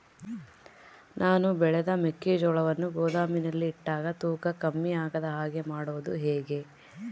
ನಾನು ಬೆಳೆದ ಮೆಕ್ಕಿಜೋಳವನ್ನು ಗೋದಾಮಿನಲ್ಲಿ ಇಟ್ಟಾಗ ತೂಕ ಕಮ್ಮಿ ಆಗದ ಹಾಗೆ ಮಾಡೋದು ಹೇಗೆ?